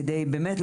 כדי באמת,